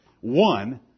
One